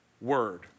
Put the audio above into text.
word